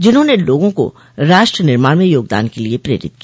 जिन्होंने लोगों को राष्ट्र निर्माण में योगदान के लिये प्रेरित किया